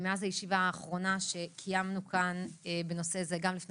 מאז הישיבה האחרונה שקיימנו כאן בנושא זה גם לפני